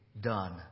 done